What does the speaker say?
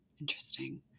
Interesting